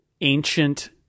ancient